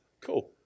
cool